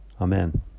Amen